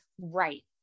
right